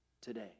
today